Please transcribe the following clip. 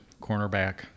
cornerback